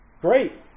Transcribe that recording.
Great